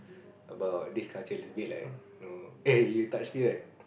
about this culture a bit like you know eh touch me right